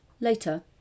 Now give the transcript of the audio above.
Later